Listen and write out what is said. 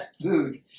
Food